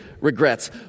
regrets